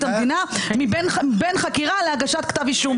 המדינה בין חקירה להגשת כתב אישום.